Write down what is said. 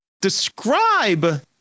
describe